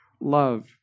love